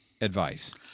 advice